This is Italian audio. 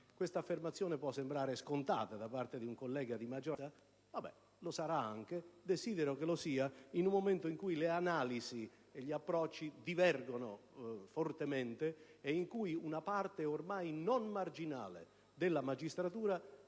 Questa affermazione può sembrare scontata da parte di un collega di maggioranza, e forse lo è; anzi, desidero che lo sia in un momento in cui le analisi e gli approcci divergono fortemente ed in cui una parte, ormai non marginale, della magistratura